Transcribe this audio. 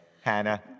Hannah